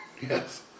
Yes